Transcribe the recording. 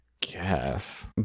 guess